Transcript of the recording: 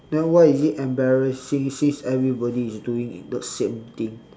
then why is it embarrassing since everybody is doing the same thing